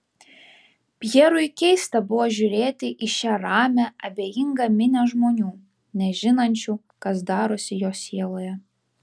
pjerui keista buvo žiūrėti į šią ramią abejingą minią žmonių nežinančių kas darosi jo sieloje